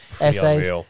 essays